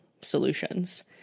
solutions